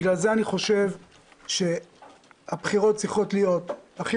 לכן אני חושב שהבחירות צריכות להיות הכי